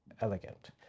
elegant